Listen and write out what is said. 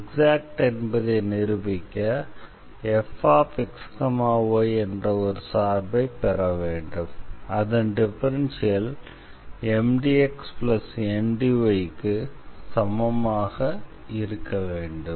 exact என்பதை நிரூபிக்க fxy என்ற ஒரு சார்பை பெற வேண்டும் அதன் டிஃபரன்ஷியல் MdxNdy க்கு சமமாக இருக்க வேண்டும்